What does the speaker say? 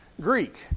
Greek